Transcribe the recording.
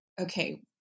okay